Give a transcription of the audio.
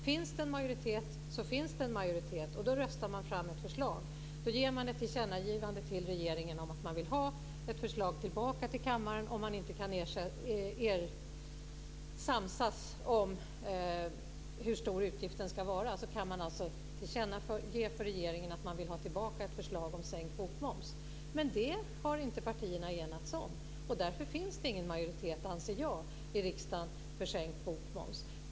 Finns det en majoritet så finns det en majoritet, och då röstar man fram ett förslag. Då ger man ett tillkännagivande till regeringen om att man vill ha ett förslag tillbaka till kammaren. Om man inte kan samsas om hur stor utgiften ska vara kan man alltså tillkännage för regeringen att man vill ha tillbaka ett förslag om sänkt bokmoms. Men det har inte partierna enats om. Därför finns det ingen majoritet i riksdagen för sänkt bokmoms, anser jag.